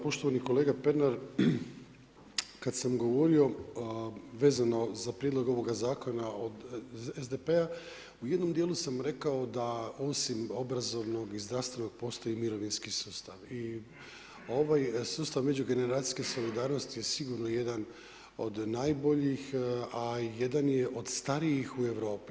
Poštovani kolega Pernar, kad sam govorio vezano za Prijedlog ovoga zakona od SDP-a u jednom dijelu sam rekao da osim obrazovnog i zdravstvenog postoji mirovinski sustav i ovaj sustav međugeneracijske solidarnosti sigurno je jedan od najboljih, a jedan je od starijih u Europi.